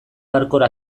hardcore